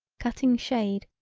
cutting shade,